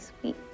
sweet